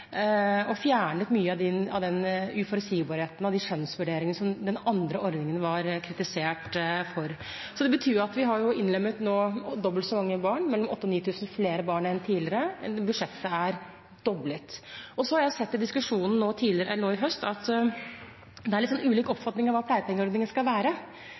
fjernet dermed mye av den uforutsigbarheten og de skjønnsvurderingene som den andre ordningen var kritisert for. Det betyr at vi har innlemmet dobbelt så mange barn, mellom 8 000 og 9 000 flere barn enn tidligere, og budsjettet er doblet. Så har jeg sett av diskusjonen nå i høst at det er litt ulik oppfatning av hva pleiepengeordningen skal være.